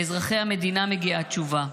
לאזרחי המדינה מגיעה תשובה.